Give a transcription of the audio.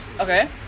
Okay